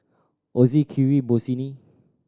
Ozi Kiwi Bossini